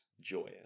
joyous